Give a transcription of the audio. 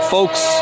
Folks